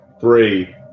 three